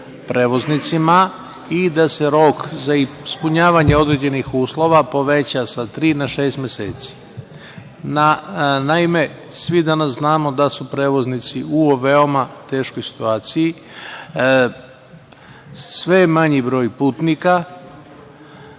prevoznicima i da se rok za ispunjavanje određenih uslova poveća sa tri na šest meseci. Naime, svi danas znamo da su prevoznici u veoma teškoj situaciji. Sve je manji broj putnika,